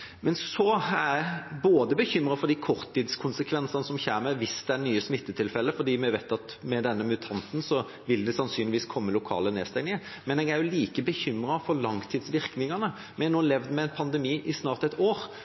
Jeg er bekymret for de korttidskonsekvensene som kommer hvis det er nye smittetilfeller, for vi vet at med denne mutanten vil det sannsynligvis komme lokale nedstengninger, men jeg er like bekymret for langtidsvirkningene. Vi har nå levd med en pandemi i snart et år.